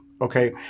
Okay